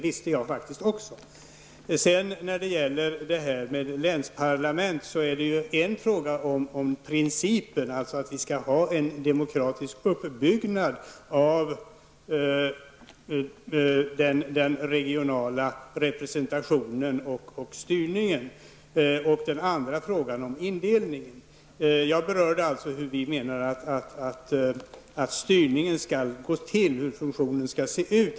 Vad så gäller frågan om länsparlament handlar det om principer och att vi skall ha en demokratisk uppbyggnad av den regionala representationen och styrningen. Den andra frågan gäller länsindelningen. Jag berörde alltså frågan hur vi tycker att styrningen skall gå till och hur funktionen skall se ut.